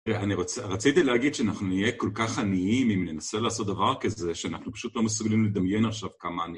אני רציתי להגיד שאנחנו נהיה כל כך עניים אם ננסה לעשות דבר כזה שאנחנו פשוט לא מסוגלים לדמיין עכשיו כמה...